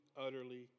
utterly